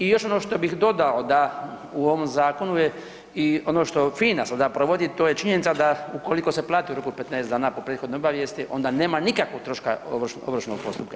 I još ono što bih dodao da u ovom zakonu je i ono što FINA sada provodi, to je činjenica da ukoliko se plati u roku 15 dana po prethodnoj obavijesti onda nema nikakvog troška ovršnog postupka.